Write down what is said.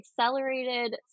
accelerated